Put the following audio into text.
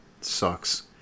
sucks